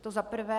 To za prvé.